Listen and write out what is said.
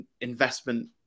investment